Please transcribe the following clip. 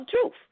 truth